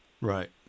Right